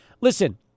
listen